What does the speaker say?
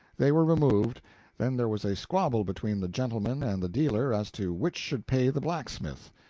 they were removed then there was a squabble between the gentleman and the dealer as to which should pay the blacksmith.